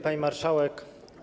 Pani Marszałek!